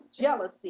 jealousy